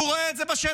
הוא רואה את זה בשטח.